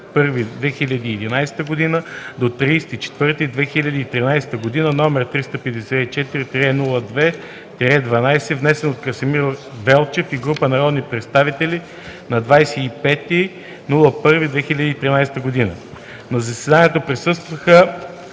На заседанието присъстваха